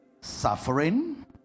Suffering